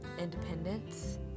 independence